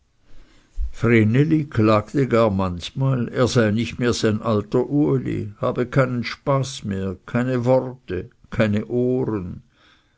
manchmal er sei nicht mehr sein alter uli habe keinen spaß mehr keine worte keine ohren